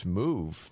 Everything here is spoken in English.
move